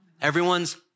Everyone's